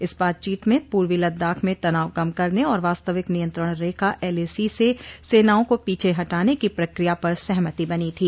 इस बातचीत में पूर्वी लद्दाख में तनाव कम करने और वास्तविक नियंत्रण रेखा एलएसी से सेनाओं को पीछे हटाने की प्रक्रिया पर सहमति बनी थी